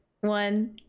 one